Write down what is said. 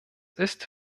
ist